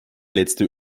letzte